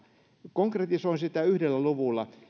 konkretisoin sitä yhdellä luvulla